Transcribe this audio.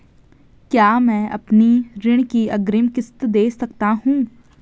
क्या मैं अपनी ऋण की अग्रिम किश्त दें सकता हूँ?